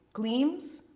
gleams,